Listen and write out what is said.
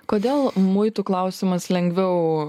kodėl muitų klausimas lengviau